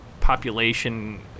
population